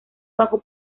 bajo